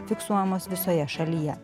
fiksuojamos visoje šalyje